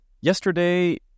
Yesterday